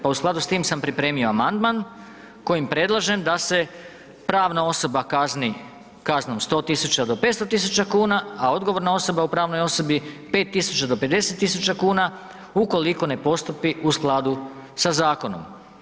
Pa u skladu s tim sam pripremio amandman kojim predlažem da se pravna osoba kazni kaznom 100.000 do 500.000 kuna, a odgovorna osoba u pravnoj osobi 5.000 do 50.000 kuna ukoliko ne postupi u skladu sa zakonom.